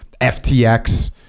FTX